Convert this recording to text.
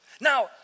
Now